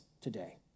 today